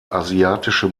asiatische